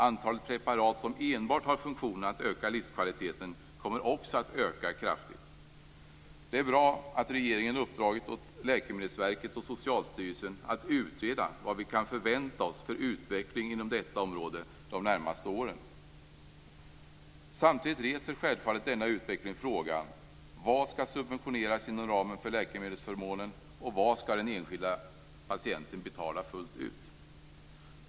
Antalet preparat som enbart har funktionen att öka livskvaliteten kommer också att öka kraftigt. Det är bra att regeringen uppdragit åt Läkemedelsverket och Socialstyrelsen att utreda vilken utveckling vi kan förvänta oss inom detta område de närmaste åren. Denna utveckling reser samtidigt frågan vad som skall subventioneras inom ramen för läkemedelsförmånen och vad den enskilda patienten skall betala fullt ut.